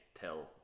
tell